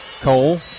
Cole